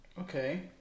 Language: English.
okay